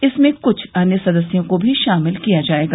इसमें कृछ अन्य सदस्यों को भी शामिल किया जाएगा